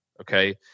Okay